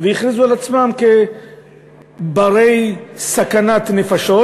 והכריזו על עצמם בסכנת נפשות,